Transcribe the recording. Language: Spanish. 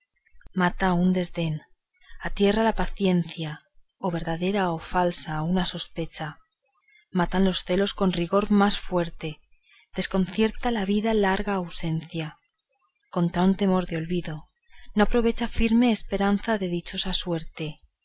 mata un desdén atierra la paciencia o verdadera o falsa una sospecha matan los celos con rigor más fuerte desconcierta la vida larga ausencia contra un temor de olvido no aprovecha firme esperanza de dichosa suerte